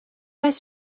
pas